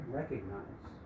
recognize